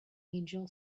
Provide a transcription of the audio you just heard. angel